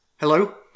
Hello